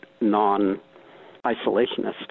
non-isolationist